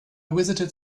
visited